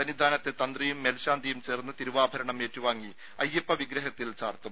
സന്നിധാനത്ത് തന്ത്രിയും മേൽശാന്തിയും ചേർന്ന് തിരുവാഭരണം ഏറ്റുവാങ്ങി അയ്യപ്പ വിഗ്രഹത്തിൽ ചാർത്തും